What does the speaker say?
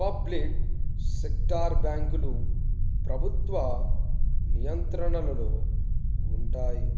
public sector బ్యాంకులు ప్రభుత్వ నియంత్రణలలో ఉంటాయి